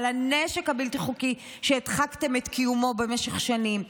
על הנשק הבלתי-חוקי שהדחקתם את קיומו במשך שנים,